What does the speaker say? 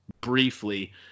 briefly